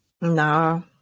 No